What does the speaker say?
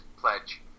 pledge